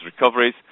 recoveries